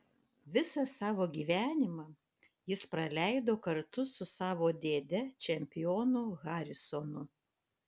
visą savo gyvenimą jis praleido kartu su savo dėde čempionu harisonu